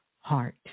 heart